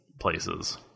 places